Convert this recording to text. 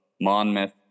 Monmouth